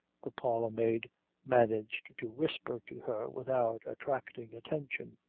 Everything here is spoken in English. the parlourmaid managed to whisper to her without attracting attention.